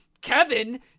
Kevin